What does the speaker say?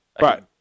Right